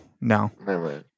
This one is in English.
no